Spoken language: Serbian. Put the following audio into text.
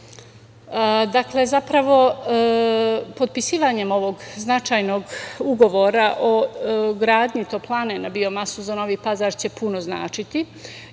hvala vam. Dakle, potpisivanjem ovog značajnog Ugovora o gradnji toplane na biomasu za Novi Pazar će puno značiti,